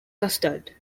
custard